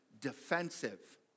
defensive